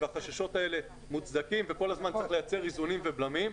והחששות האלה מוצדקים וכל הזמן צריך לייצר איזונים ובלמים,